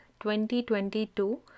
2022